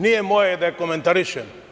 Nije moje da je komentarišem.